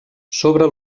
sobre